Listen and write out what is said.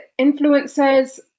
influencers